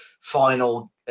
final